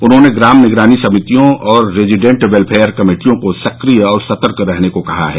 उन्होंने ग्राम निगरानी समितियों और रेजिडेंट वेलफेयर कमेटियों को सक्रिय और सतर्क रहने को कहा है